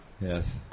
Yes